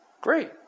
Great